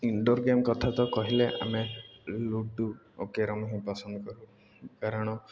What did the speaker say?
indoor game କଥା ତ କହିଲେ ଆମେ ଲୁଡ଼ୁ ଓ କ୍ୟାରମ୍ ହିଁ ପସନ୍ଦ କରୁ କାରଣ